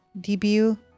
debut